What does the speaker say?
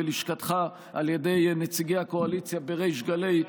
נאמרו בלשכתך על ידי נציגי הקואליציה בריש גלי,